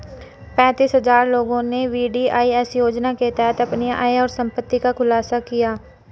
पेंतीस हजार लोगों ने वी.डी.आई.एस योजना के तहत अपनी आय और संपत्ति का खुलासा किया